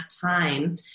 time